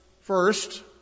first